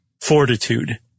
fortitude